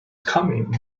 coming